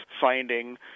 finding